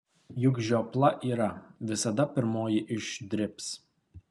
juk žiopla yra visada pirmoji išdribs